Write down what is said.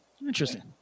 Interesting